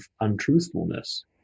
untruthfulness